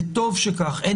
וטוב שכך ואני בעד,